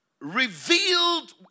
revealed